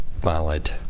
valid